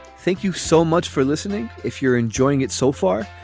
thank you so much for listening. if you're enjoying it so far,